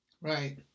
right